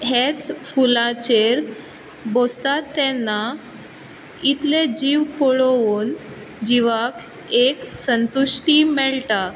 हेंच फुलांचेर बसतात तेन्ना इतले जीव पळोवन जिवाक एक संतुश्टी मेळटा